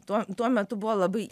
to tuo metu buvo labai